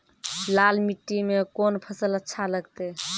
लाल मिट्टी मे कोंन फसल अच्छा लगते?